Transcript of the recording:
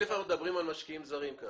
אנחנו מדברים כרגע על משקיעים זרים.